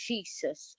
Jesus